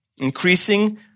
increasing